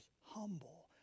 humble